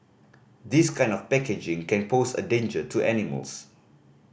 this kind of packaging can pose a danger to animals